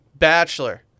Bachelor